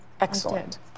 Excellent